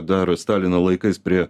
dar stalino laikais prie